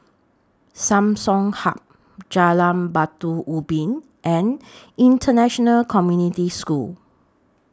Samsung Hub Jalan Batu Ubin and International Community School